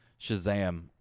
Shazam